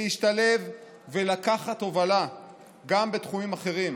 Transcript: להשתלב ולקחת הובלה גם בתחומים אחרים.